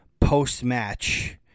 post-match